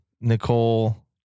Nicole